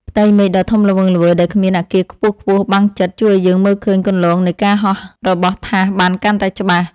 ផ្ទៃមេឃដ៏ធំល្វឹងល្វើយដែលគ្មានអគារខ្ពស់ៗបាំងជិត ជួយឱ្យយើងមើលឃើញគន្លងនៃការហោះរបស់ថាសបានកាន់តែច្បាស់។